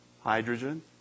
hydrogen